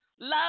Love